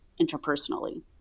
interpersonally